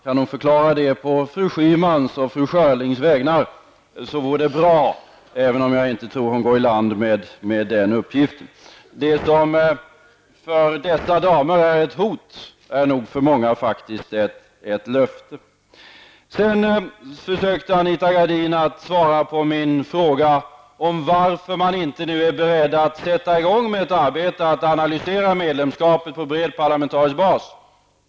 Kan hon förklara det på fru Schymans och fru Schörlings vägnar vore det bra, även om jag inte tror att hon går i land med den uppgiften. Det som för dessa damer är ett hot är nog för många faktiskt ett löfte. Anita Gradin försökte svara på min fråga om varför man nu inte är beredd att sätta i gång och arbeta för att analysera medlemskapet på bred parlamentarisk bas.